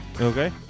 Okay